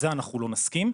לזה אנחנו לא נסכים,